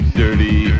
dirty